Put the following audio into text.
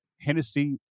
Hennessy